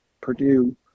Purdue